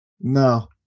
No